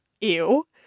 Ew